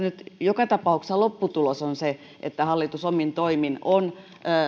nyt joka tapauksessa lopputulos on se että hallitus omin toimin on